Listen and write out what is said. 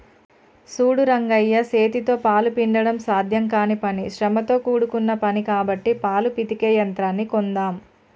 సూడు రంగయ్య సేతితో పాలు పిండడం సాధ్యం కానీ పని శ్రమతో కూడుకున్న పని కాబట్టి పాలు పితికే యంత్రాన్ని కొందామ్